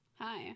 Hi